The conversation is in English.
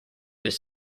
his